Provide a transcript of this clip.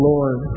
Lord